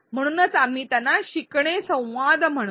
म्हणून आम्ही त्यांना शिकणे संवाद म्हणतो